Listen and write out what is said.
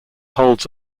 holds